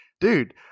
dude